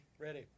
Ready